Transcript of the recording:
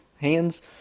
hands